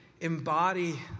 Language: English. embody